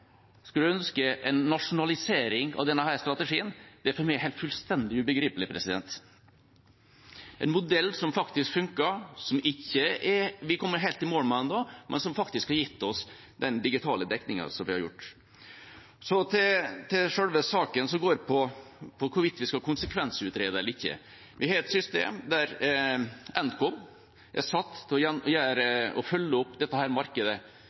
skulle ønske en nasjonalisering av denne strategien. Det er for meg fullstendig ubegripelig. Dette er en modell som faktisk funker, som vi ikke er kommet helt i mål med ennå, men som faktisk har gitt oss den digitale dekningen den har gjort. Så til selve saken, som handler om hvorvidt vi skal konsekvensutrede eller ikke. Vi har et system der Nkom er satt til å følge opp dette markedet.